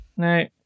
No